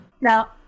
Now